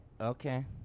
okay